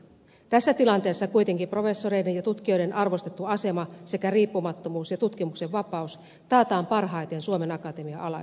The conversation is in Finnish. tässä tilanteessa kuitenkin professoreiden ja tutkijoiden arvostettu asema sekä riippumattomuus ja tutkimuksen vapaus taataan parhaiten suomen akatemian alaisuudessa